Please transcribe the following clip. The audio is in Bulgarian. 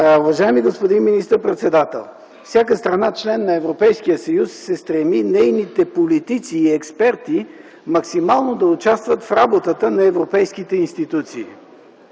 Уважаеми господин министър-председател, всяка страна – член на Европейския съюз, се стреми нейните политици и експерти максимално да участват в работата на европейските институции.